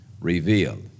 revealed